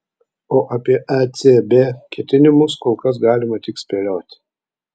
o apie ecb ketinimus kol kas galima tik spėlioti